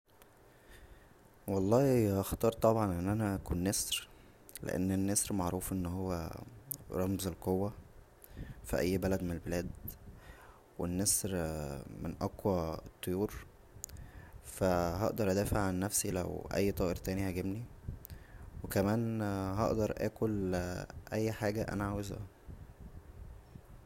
والله هختار طبعا ان انا اكون نسر لان النسر معروف ان هو رمز القوه فى اى بلد من البلاد و النسر من اقوى الطيور فا هقدر ادافع عن نفسى لو اى طائر تانى هاجمنى و كمان هقدر اكل اى حاجه انا عاوزها